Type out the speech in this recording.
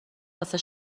واسه